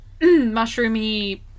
mushroomy